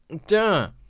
duh,